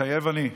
מתחייב אני.